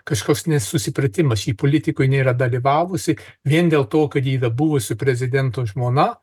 kažkoks nesusipratimas ji politikoj nėra dalyvavusi vien dėl to kad ji yra buvusio prezidento žmona